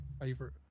favorite